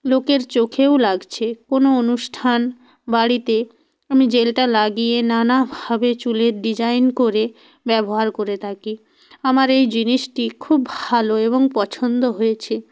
লোকের চোখেও লাগছে কোনো অনুষ্ঠান বাড়িতে আমি জেলটা লাগিয়ে নানাভাবে চুলের ডিজাইন করে ব্যবহার করে থাকি আমার এই জিনিসটি খুব ভালো এবং পছন্দ হয়েছে